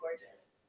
gorgeous